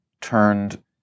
turned